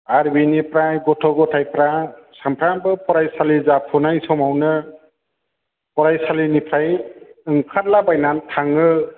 आरो बेनिफ्राय गथ' गथायफ्रा सामफ्रामबो फरायसालि जाफुनाय समावनो फरायसालिनिफ्राय ओंखारला बायनानै थाङो